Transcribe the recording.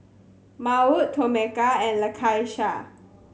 Maud Tomeka and Lakeisha